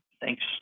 thanks